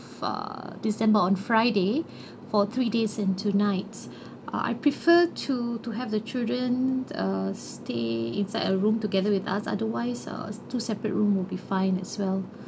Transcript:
uh december on friday for three days and two nights ah I prefer to to have the children uh stay inside a room together with us otherwise uh two separate room will be fine as well